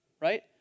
right